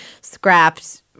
scrapped